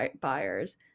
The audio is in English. buyers